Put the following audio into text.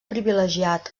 privilegiat